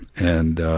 and ah,